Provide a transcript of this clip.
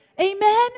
Amen